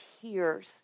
tears